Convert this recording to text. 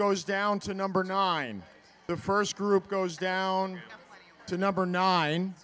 goes down to number nine the first group goes down to number nine